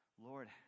Lord